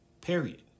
period